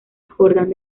jordan